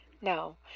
No